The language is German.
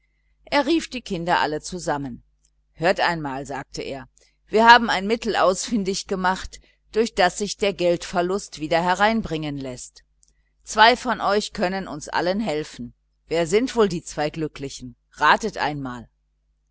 er rief die kinder alle zusammen hört einmal sagte er wir haben ein mittel ausfindig gemacht durch das sich der geldverlust wieder hereinbringen läßt zwei von euch können uns allen helfen wer sind wohl die zwei glücklichen ratet einmal